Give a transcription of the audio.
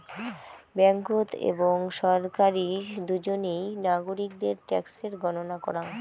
ব্যাঙ্ককোত এবং ছরকারি দুজনেই নাগরিকদের ট্যাক্সের গণনা করাং